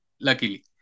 luckily